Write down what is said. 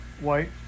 white